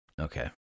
okay